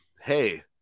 hey